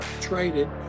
traded